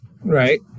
Right